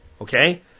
Okay